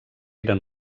eren